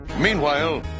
Meanwhile